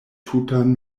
tutan